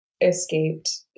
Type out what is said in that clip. escaped